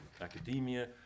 academia